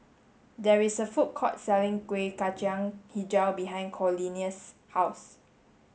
there is a food court selling Kueh Kacang Hijau behind Cornelius' house